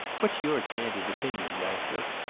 what's your candid opinion, ratcliffe?